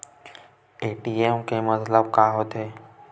ATM के मतलब का होथे?